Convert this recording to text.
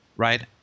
right